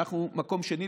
ואנחנו מקום שני,